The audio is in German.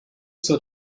zur